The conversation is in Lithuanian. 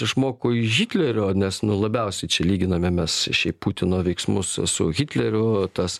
išmoko iš hitlerio nes nu labiausiai čia lyginame mes šiaip putino veiksmus su hitleriu tas